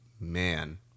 Man